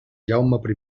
jaume